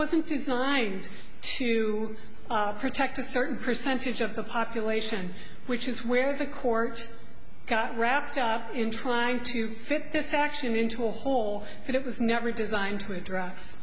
wasn't designed to protect a certain percentage of the population which is where the court got wrapped up in trying to fit this action into a hole that it was never designed to address